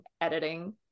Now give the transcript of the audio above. editing